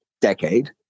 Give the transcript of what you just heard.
decade